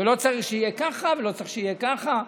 ולא צריך שיהיה ככה, ולא צריך שיהיה ככה.